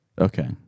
Okay